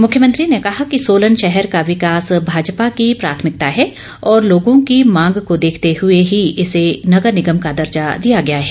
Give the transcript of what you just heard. मुख्यमंत्री ने कहा कि ् सोलन शहर का विकास भाजपा की प्राथमिकता है और लोगों की मांग को देखते हुए ही इसे नगर निगम का दर्जा दिया गया है